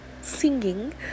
singing